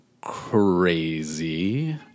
crazy